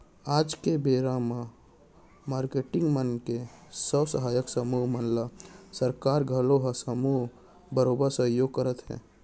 आज के बेरा म मारकेटिंग मन के स्व सहायता समूह मन ल सरकार घलौ ह समूह बरोबर सहयोग करत रथे